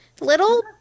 little